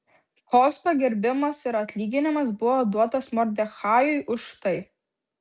koks pagerbimas ir atlyginimas buvo duotas mordechajui už tai